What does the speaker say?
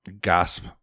gasp